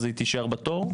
אז היא תישאר בתור?